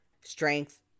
Strength